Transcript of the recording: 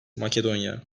makedonya